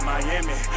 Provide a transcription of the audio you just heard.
Miami